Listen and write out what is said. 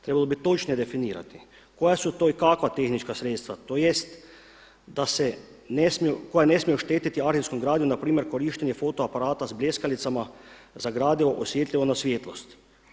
Trebalo bi točnije definirati koja su to i kakva tehnička sredstva tj. koja ne smiju štetiti arhivskoj gradnji npr. korištenje fotoaparata sa bljeskalicama za gradivo osjetljivo na svjetlost.